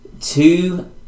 two